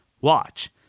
watch